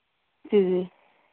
ਜੀ ਜੀ